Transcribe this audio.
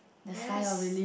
yes